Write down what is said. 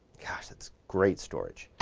gosh, that's great storage.